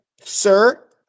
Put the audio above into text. Sir